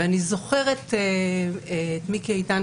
ואני זוכרת את מיקי איתן,